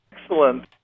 Excellent